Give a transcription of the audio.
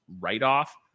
write-off